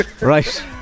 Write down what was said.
Right